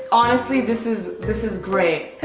honestly this is, this is great.